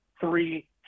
three